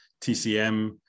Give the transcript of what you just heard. TCM